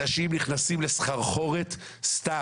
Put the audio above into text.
אנשים נכנסים לסחרחורת - סתם.